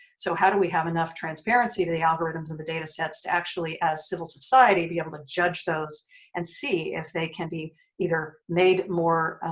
so how do we have enough transparency to the algorithms of the data sets to actually as civil society be able to judge those and see if they can be either made more